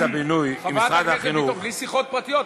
החינוך, חברת הכנסת, בלי שיחות פרטיות.